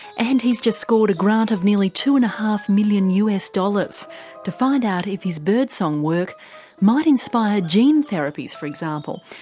and he's just scored a grant of nearly two and half million us dollars to find out if his bird song work might inspire gene therapies, for example,